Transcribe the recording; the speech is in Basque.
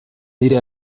dira